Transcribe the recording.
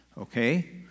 okay